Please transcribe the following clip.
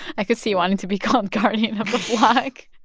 i could see you wanting to be called guardian of the flock